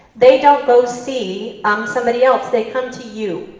they don't go see um somebody else, they come to you.